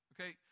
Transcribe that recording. okay